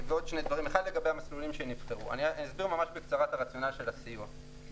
לגבי המסלולים שנבחרו אני אסביר ממש בקצרה את רציונל הסיוע,